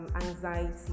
Anxiety